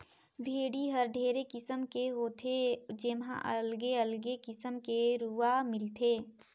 भेड़ी हर ढेरे किसिम के हाथे जेम्हा अलगे अगले किसिम के रूआ मिलथे